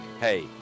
Hey